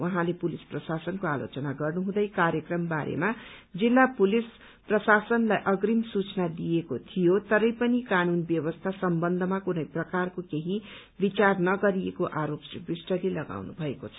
उहाँले पुलिस प्रशासनको आलोचना गर्नुहुँदै कार्यक्रम बारेमा जिल्ला पुलिस प्रशासनलाई अग्रिम सूचना दिएको थियो तरैपनि कानून व्यवस्था सम्बन्धमा कुनै प्रकारको केही विचार नगरिएको आरोप श्री विष्टले लगाउनु भएको छ